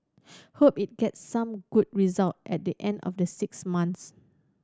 hope it gets some good result at the end of the six months